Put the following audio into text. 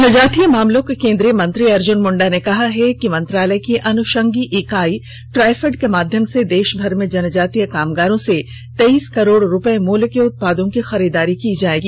जनजातीय मामलों के केन्द्रीय मंत्री अर्जुन मुंडा ने कहा है कि मंत्रालय की अनुषंगी इकाई टाईफेड के माध्यम से देषभर में जनजातीय कामगारों से तेईस करोड रूपये मुल्य के उत्पादों की खरीदारी की जाएगी